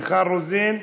מיכל רוזין,